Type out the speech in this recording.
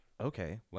Okay